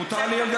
מותר לי?